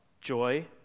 joy